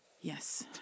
Yes